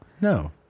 No